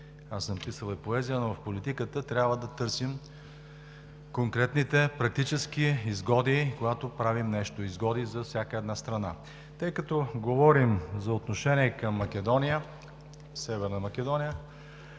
аз съм писал и поезия, но в политиката трябва да търсим конкретните практически изгоди, когато правим нещо – изгоди за всяка една страна. Тъй като говорим за отношение към Македония – Северна Македония,